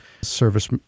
service